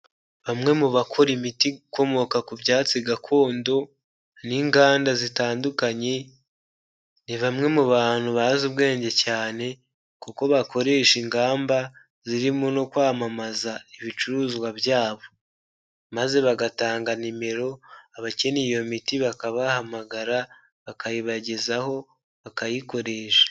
Bamwe mu bakora imiti ikomoka ku byatsi gakondo n'inganda zitandukanye ni bamwe mu bantu bazi ubwenge cyane, kuko bakoresha ingamba zirimo no kwamamaza ibicuruzwa byabo maze bagatanga nimero abakeneye iyo miti bakabahamagara bakayibagezaho bakayikoresha.